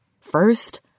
First